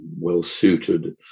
well-suited